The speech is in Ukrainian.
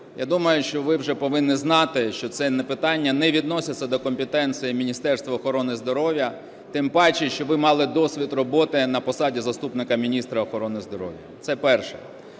я думаю, що ви вже повинні знати, що це питання не відноситься до компетенції Міністерства охорони здоров'я, тим паче, що ви мали досвід роботи на посаді заступника міністра охорони здоров'я. Це перше.